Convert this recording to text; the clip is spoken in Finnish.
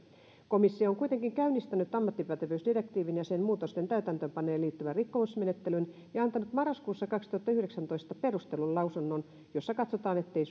komissio on kuitenkin käynnistänyt ammattipätevyysdirektiivin ja sen muutosten täytäntöönpanoon liittyvän rikkomusmenettelyn ja antanut marraskuussa kaksituhattayhdeksäntoista perustellun lausunnon jossa katsotaan ettei